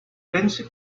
lindsey